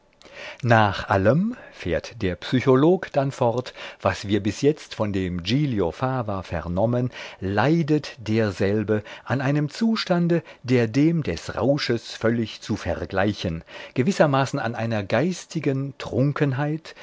nach allem fährt der psycholog dann fort was wir bis jetzt von dem giglio fava vernommen leidet derselbe an einem zustande der dem des rausches völlig zu vergleichen gewissermaßen an einer geistigen trunkenheit